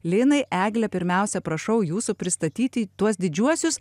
linai egle pirmiausia prašau jūsų pristatyti tuos didžiuosius